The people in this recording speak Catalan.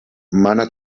mana